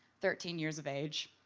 thirteen years of age.